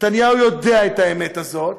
נתניהו יודע את האמת הזאת,